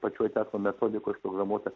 pačioj teatro metodikoj užprogramuota